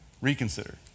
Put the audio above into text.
Reconsider